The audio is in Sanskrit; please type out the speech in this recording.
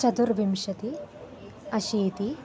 चतुर्विंशतिः अशीतिः